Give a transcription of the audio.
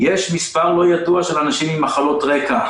יש מספר לא ידוע של אנשים עם מחלות רקע,